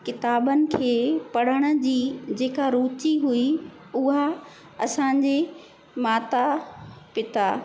किताबनि खे पढ़ण जी जेका रुचि हुई उहा असांजे माता पिता